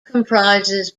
comprises